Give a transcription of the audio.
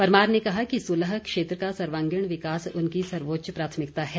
परमार ने कहा कि सुलह क्षेत्र का सर्वागीण विकास उनकी सर्वोच्च प्राथमिकता है